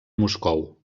moscou